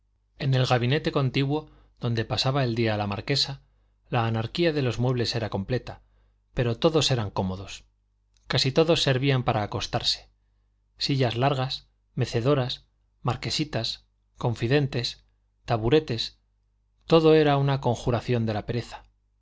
en el gabinete contiguo donde pasaba el día la marquesa la anarquía de los muebles era completa pero todos eran cómodos casi todos servían para acostarse sillas largas mecedoras marquesitas confidentes taburetes todo era una conjuración de la pereza